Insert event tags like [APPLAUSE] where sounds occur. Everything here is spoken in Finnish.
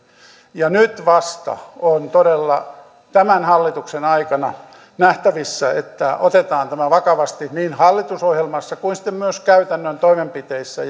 nyt vasta on todella tämän hallituksen aikana nähtävissä että otetaan tämä vakavasti niin hallitusohjelmassa kuin sitten myös käytännön toimenpiteissä [UNINTELLIGIBLE]